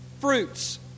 fruits